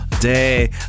day